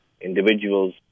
individuals